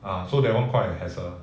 uh so that [one] quite a hassle